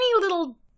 little